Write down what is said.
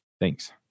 Thanks